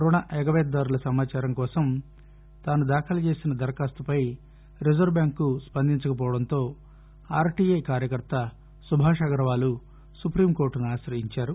రుణ ఎగవేతదారుల సమాచారం కోసం తాను దాఖలు చేసిన దరఖాస్తుపై రిజర్వు బ్యాంకు స్పందించకపోవడంతో ఆర్టీఐ కార్యకర్త సుభాష్ అగర్వాల్ సుపీం కోర్టును ఆ శయించారు